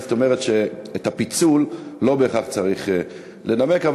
זאת אומרת, שאת הפיצול לא בהכרח צריך לנמק.